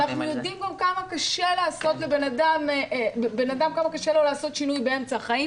ואנחנו יודעים כמה קשה לבן אדם לעשות שינוי באמצע החיים